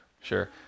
sure